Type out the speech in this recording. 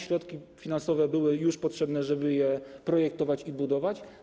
Środki finansowe były potrzebne, żeby je projektować i budować.